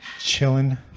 chilling